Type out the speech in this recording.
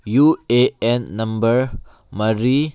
U A N number ꯃꯔꯤ